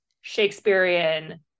shakespearean